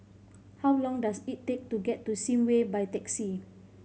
how long does it take to get to Sim Way by taxi